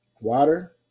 Water